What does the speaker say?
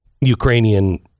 Ukrainian